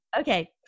okay